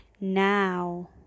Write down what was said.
now